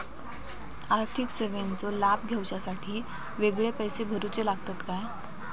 आर्थिक सेवेंचो लाभ घेवच्यासाठी वेगळे पैसे भरुचे लागतत काय?